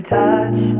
touch